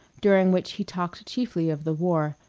during which he talked chiefly of the war,